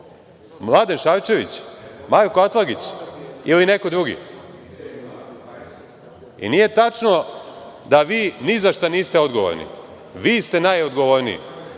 Mladen Šarčević? Marko Atlagić? Ili neko drugi? Nije tačno da vi ni za šta niste odgovorni. Vi ste najodgovorniji